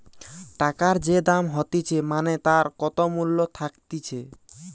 টাকার যে দাম হতিছে মানে তার কত মূল্য থাকতিছে